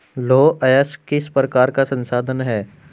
लौह अयस्क किस प्रकार का संसाधन है?